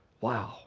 Wow